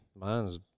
Mine's